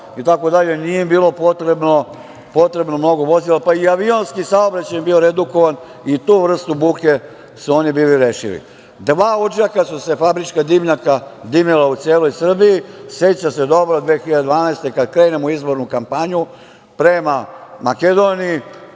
i tako dalje, nije im bilo potrebno mnogo vozila, pa i avionski saobraćaj im je bio redukovan i to u vrstu buke su oni bili rešivi. Dva odžaka su se fabrička dimnjaka dimila u celoj Srbiji. Sećam se dobro 2012. godine, kada krenemo u izvornu kampanju prema Makedoniji,